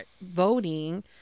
voting